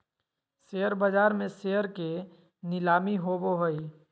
share बाज़ार में share के नीलामी होबो हइ